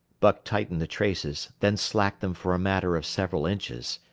buck tightened the traces, then slacked them for a matter of several inches.